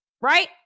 Right